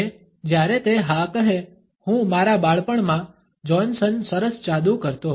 અને જ્યારે તે હા કહે હું Refer time 1047 મારા બાળપણમાં જોહ્ન્સન Refer time 1049 સરસ જાદુ કરતો